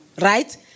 right